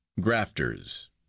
Grafters